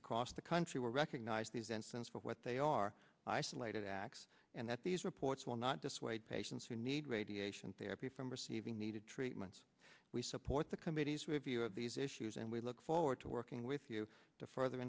across the country will recognize these incentives for what they are isolated acts and that these reports will not dissuade patients who need radiation therapy from receiving needed treatments we support the committees we have view of these issues and we look forward to working with you to further